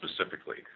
specifically